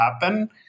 happen